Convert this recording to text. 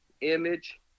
image